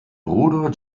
bruder